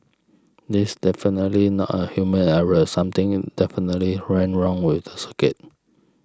it's definitely not a human error something definitely went wrong with the circuit